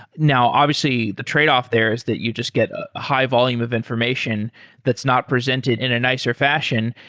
now obviously the tradeoff there is that you just get a high-volume of information that's not presented in a nicer fashion,